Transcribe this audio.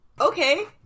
Okay